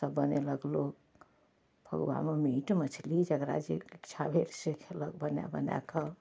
ई सब बनेलक लोक फगुआमे मीट मछली जकरा जे खायल होइ छै से खेलक बनाए बनाए कऽ